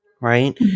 right